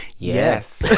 yes